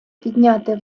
підняти